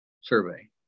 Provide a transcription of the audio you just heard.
survey